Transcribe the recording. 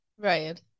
Right